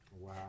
Wow